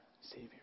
Savior